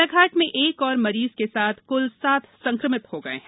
बालाघाल में एक और मरीज का साथ क्ल सात संक्रमित हो गए हैं